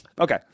Okay